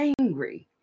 angry